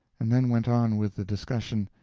and then went on with the discussion,